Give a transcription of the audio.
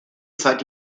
seit